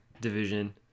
division